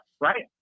right